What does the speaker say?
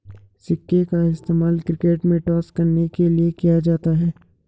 सिक्के का इस्तेमाल क्रिकेट में टॉस करने के लिए किया जाता हैं